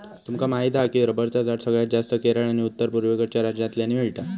तुमका माहीत हा की रबरचा झाड सगळ्यात जास्तं केरळ आणि उत्तर पुर्वेकडच्या राज्यांतल्यानी मिळता